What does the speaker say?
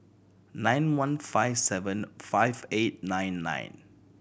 nine one five seven five eight nine nine